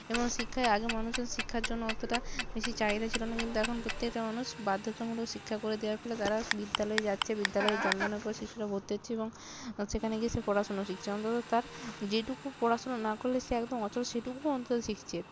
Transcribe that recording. এবং শিক্ষায় আগে মানুষজন শিক্ষার জন্য অতটা বেশি চাহিদা ছিল না কিন্তু এখন পোত্যেকটা মানুষ বাধ্যতামূলক শিক্ষা করে দেওয়ার ফলে তারা বিদ্যালয়ে যাচ্ছে বিদ্যালয়ে জন্মানোর পর শিশুরা ভর্তি হচ্ছে এবং সেখানে গিয়ে সে পড়াশোনা শিকছে অন্তত তার যেটুকু পড়াশোনা না করলে সে একদম অচল সেটুকু অন্তত শিখছে